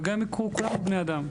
וגם אם יקרו, כולנו בני אדם.